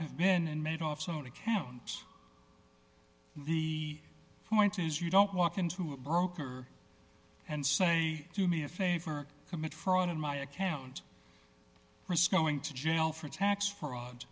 have been in madoff's own account the point is you don't walk into a broker and say do me a favor commit fraud on my account risk going to jail for tax fraud